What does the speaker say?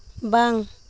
ᱵᱟᱝ